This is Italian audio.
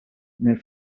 nel